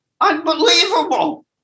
Unbelievable